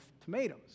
tomatoes